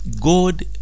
God